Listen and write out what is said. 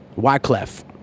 Wyclef